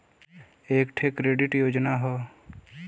एक ठे क्रेडिट योजना हौ